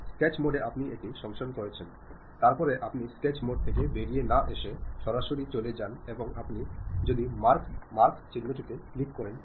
ഉദാഹരണത്തിന് ഇപ്പോൾ മാധ്യമങ്ങളുടെ പ്രളയത്തിൽ മിക്ക ആളുകളും കരുതുന്നത് ഇമെയിൽ എളുപ്പവും വേഗതയേറിയതും മികച്ച മാധ്യമവുമാണെന്നാണ്